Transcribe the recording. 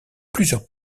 plusieurs